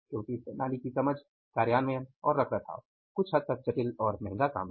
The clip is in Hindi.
क्योंकि इस प्रणाली की समझ कार्यान्वयन और रखरखाव कुछ हद तक जटिल और महंगा काम है